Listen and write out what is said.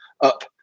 up